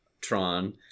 Tron